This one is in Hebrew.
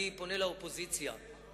אני פונה אל האופוזיציה ואל